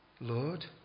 Lord